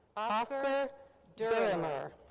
oscar dyremyhr.